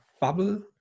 bubble